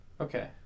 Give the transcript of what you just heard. Okay